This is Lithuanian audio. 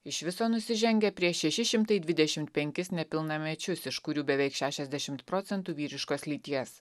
iš viso nusižengę prieš šeši šimtai dvidešimt penkis nepilnamečius iš kurių beveik šešiasdešimt procentų vyriškos lyties